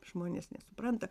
žmonės nesupranta